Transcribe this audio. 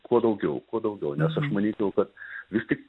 kuo daugiau kuo daugiau nes aš manyčiau kad vis tik